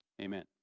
Amen